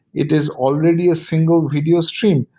it is already a single video stream.